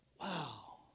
Wow